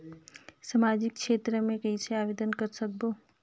समाजिक क्षेत्र मे कइसे आवेदन कर सकबो?